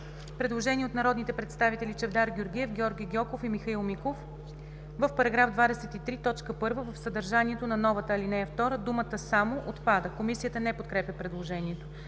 предложение от народните представители Чавдар Георгиев, Георги Гьоков и Михаил Миков: „В § 23, т. 1, в съдържанието на новата ал. 2 думата „само”отпада“. Комисията не подкрепя предложението.